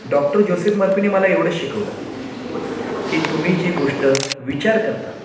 doctor Joseph मर्फीने मला एवढंच शिकवलं की तुम्ही जी गोष्ट विचार करता